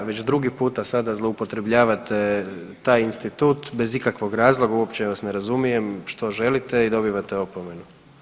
Već drugi puta sada zloupotrebljavate taj institut bez ikakvog razloga, uopće vas ne razumijem što želite i dobivate opomenu.